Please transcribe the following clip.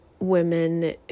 women